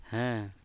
ᱦᱮᱸ